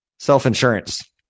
Self-insurance